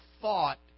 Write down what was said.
thought